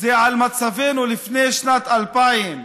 זה מצבנו לפני שנת 2000,